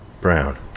brown